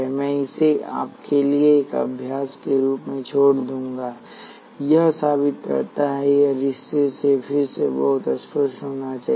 मैं इसे आपके लिए एक अभ्यास के रूप में छोड़ दूंगा यह साबित करता है यह रिश्ते से फिर से बहुत स्पष्ट होना चाहिए